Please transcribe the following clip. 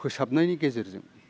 फोसाबनायनि गेजेरजों